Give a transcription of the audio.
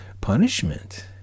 punishment